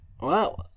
Wow